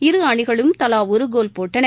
இருஅணிகளும் தலா ஒரு கோல் போட்டன